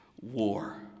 war